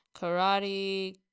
Karate